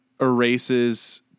erases